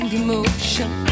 emotion